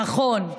נכון,